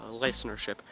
listenership